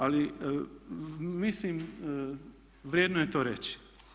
Ali mislim, vrijedno je to reći.